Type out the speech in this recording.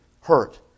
hurt